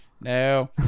No